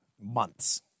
months